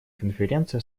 конференции